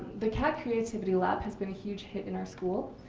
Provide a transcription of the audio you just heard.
the cat creativity lab has been a huge hit in our school.